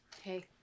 Hey